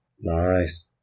Nice